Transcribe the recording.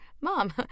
mom